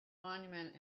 monument